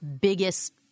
biggest